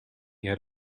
yet